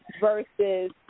versus